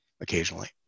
occasionally